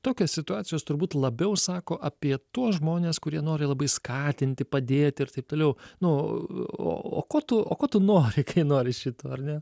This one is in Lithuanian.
tokios situacijos turbūt labiau sako apie tuos žmones kurie nori labai skatinti padėti ir taip toliau nu o ko tu o ko tu nori kai nori šito ar ne